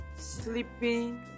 sleeping